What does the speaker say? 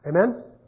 Amen